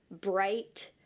bright